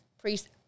priest